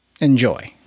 Enjoy